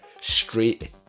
straight